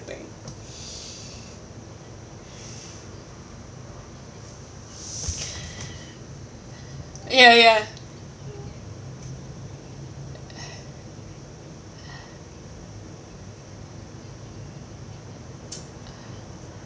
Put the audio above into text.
ya ya